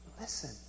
Listen